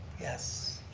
yes.